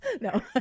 No